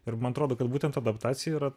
ir man atrodo kad būtent adaptacija yra